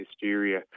hysteria